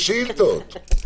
יש שאילתות.